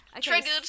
Triggered